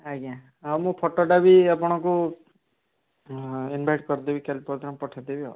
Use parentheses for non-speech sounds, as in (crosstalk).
ଆଜ୍ଞା ହଁ ମୁଁ ଫଟୋଟା ବି ଆପଣଙ୍କୁ (unintelligible) ଇନଭାଇଟ୍ କରିଦେବି କାଲି ପରଦିନ ପଠେଇଦେବି ଆଉ